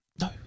No